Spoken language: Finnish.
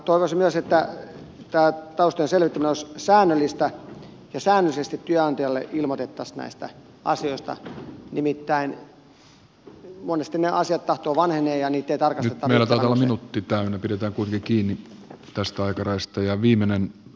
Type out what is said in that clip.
toivoisin myös että tämä taustojen selvittäminen olisi säännöllistä ja säännöllisesti työnantajalle ilmoitettaisiin näistä asioista nimittäin monesti ne asiat tahtovat vanheta ja niitä tarkat välillä on tytär pidetään kuitenkin toistaa keväästä ja viimeinen